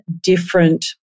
different